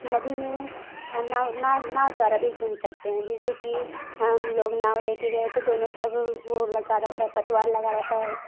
नदी में नाव नाव नाव द्वारा भी घूम सकते हैं जैसे कि हम लोग नाव ले कर गए थे दोनों तरफ वो लगा रहता है पतवार लगा रहता है